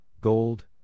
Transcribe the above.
gold